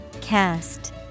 Cast